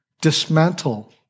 dismantle